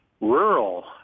rural